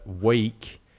week